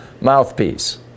mouthpiece